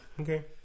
Okay